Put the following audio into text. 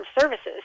services